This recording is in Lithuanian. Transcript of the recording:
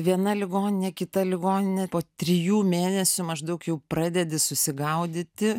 viena ligoninė kita ligoninė po trijų mėnesių maždaug jau pradedi susigaudyti